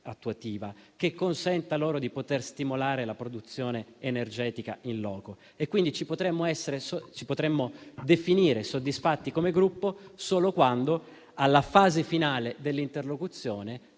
che consenta loro di stimolare la produzione energetica *in loco* e quindi ci potremo definire soddisfatti come Gruppo solo quando al riferimento alla fase finale dell'interlocuzione